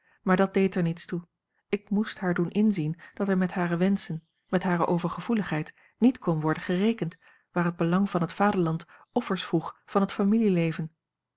maar dat deed er niets toe ik moest haar doen inzien dat er met hare wenschen met hare overgevoeligheid niet kon worden gerekend waar het belang van het vaderland offers vroeg van het familieleven